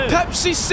Pepsi